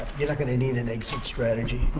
you're not gonna need an exit strategy.